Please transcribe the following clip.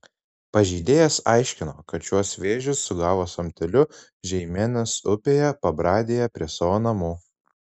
pažeidėjas aiškino kad šiuos vėžius sugavo samteliu žeimenos upėje pabradėje prie savo namų